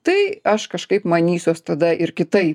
tai aš kažkaip manysiuos tada ir kitaip